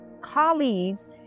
colleagues